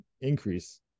increase